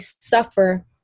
suffer